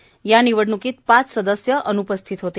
तर या निवडणुकीत पाच सदस्य अनुपस्थित होते